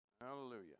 Hallelujah